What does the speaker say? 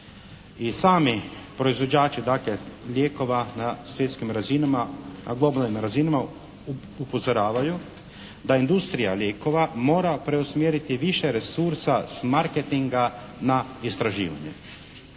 na svjetskim razinama, na globalnim razinama upozoravaju da industrija lijekova mora preusmjeriti više resursa sa marketinga na istraživanje.